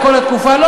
לכל התקופה.